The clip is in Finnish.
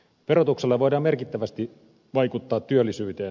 verotuksella voidaan merkittävästi vaikuttaa työllisyyteen